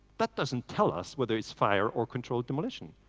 that doesn't tell us whether it's fire or controlled demolition.